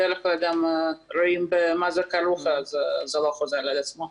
בדרך כלל גם רואים במה זה כרוך אז זה לא חוזר על עצמו.